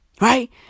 Right